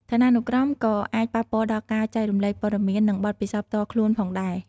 ឋានានុក្រមក៏អាចប៉ះពាល់ដល់ការចែករំលែកព័ត៌មាន និងបទពិសោធន៍ផ្ទាល់ខ្លួនផងដែរ។